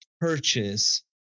purchase